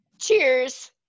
Cheers